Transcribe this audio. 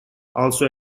also